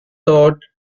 taught